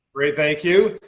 great. thank you.